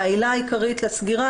והעילה העיקרית לסגירה,